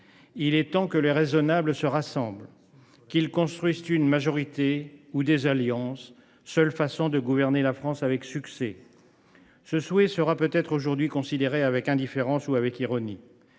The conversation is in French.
Il est temps que les raisonnables se rassemblent, qu’ils construisent une majorité ou des alliances, seule façon de gouverner la France avec succès. Ce souhait sera peut être considéré aujourd’hui avec indifférence ou ironie.